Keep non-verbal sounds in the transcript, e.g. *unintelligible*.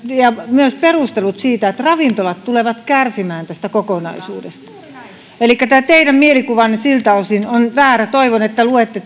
myös perustelut sille että ravintolat tulevat kärsimään tästä kokonaisuudesta elikkä tämä teidän mielikuvanne siltä osin on väärä toivon että luette *unintelligible*